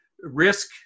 risk